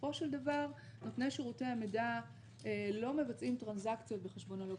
בסופו של דבר נותני שירותי המידע לא מבצעים טרנזקציות בחשבון הלקוח,